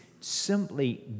simply